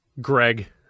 Greg